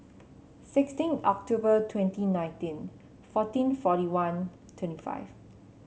sixteen October twenty nineteen fourteen forty one twenty five